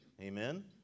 Amen